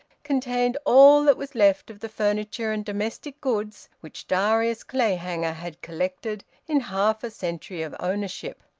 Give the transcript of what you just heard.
contained all that was left of the furniture and domestic goods which darius clayhanger had collected in half a century of ownership.